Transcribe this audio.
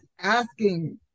asking